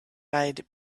eyed